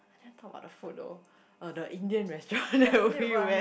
I never talk about the food though er the Indian restaurant that we went